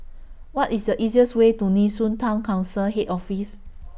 What IS A easiest Way to Nee Soon Town Council Head Office